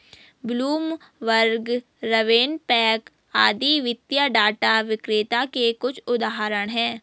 Bloomberg, RavenPack आदि वित्तीय data विक्रेता के कुछ उदाहरण हैं